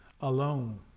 alone